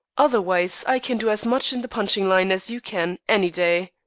otherwise, i can do as much in the punching line as you can, any day.